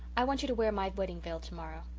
i want you to wear my wedding-veil tomorrow.